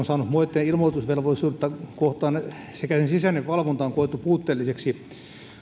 saanut moitteen ilmoitusvelvollisuutta kohtaan sekä sen sisäinen valvonta on koettu puutteelliseksi